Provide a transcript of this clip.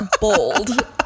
Bold